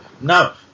No